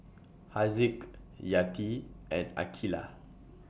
Haziq Yati and Aqeelah